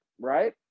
right